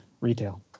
retail